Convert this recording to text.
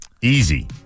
Easy